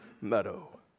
meadow